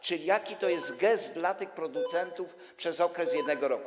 Czyli jaki to jest gest dla tych producentów przez okres 1 roku?